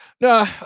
No